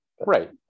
Right